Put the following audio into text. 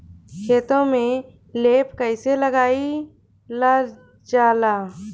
खेतो में लेप कईसे लगाई ल जाला?